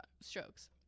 strokes